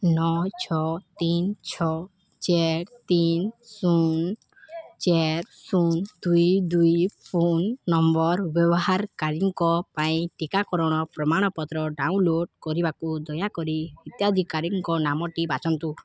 ନଅ ଛଅ ତିନି ଛଅ ଚାର୍ ତିନି ଶୂନ ଚାର୍ ଶୂନ ଦୁଇ ଦୁଇ ଫୋନ୍ ନମ୍ବର୍ ବ୍ୟବହାରକାରୀଙ୍କ ପାଇଁ ଟିକାକରଣ ପ୍ରମାଣପତ୍ର ଡ଼ାଉନଲୋଡ଼୍ କରିବାକୁ ଦୟାକରି ହିତାଧିକାରୀଙ୍କ ନାମଟି ବାଛନ୍ତୁ